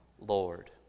Lord